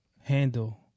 handle